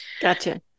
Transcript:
Gotcha